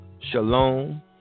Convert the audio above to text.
shalom